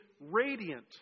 radiant